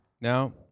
now